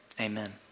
Amen